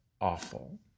awful